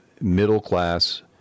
middle-class